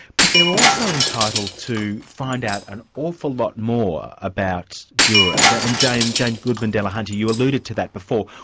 but they're also entitled to find out an awful lot more about jurors, and jane jane goodman delahunty, you alluded to that before.